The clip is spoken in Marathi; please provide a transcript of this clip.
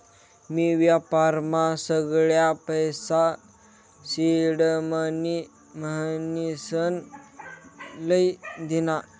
मी व्यापारमा सगळा पैसा सिडमनी म्हनीसन लई दीना